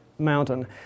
mountain